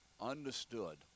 understood